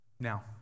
Now